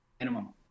minimum